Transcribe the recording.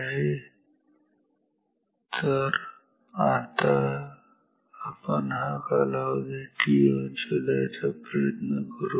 ठीक आहे तर आता आपण हा कालावधी Ton शोधायचा प्रयत्न करू